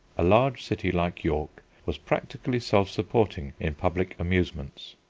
a large city like york was practically self-supporting in public amusements.